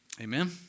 Amen